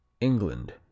England